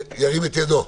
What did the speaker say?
ירים את ידו.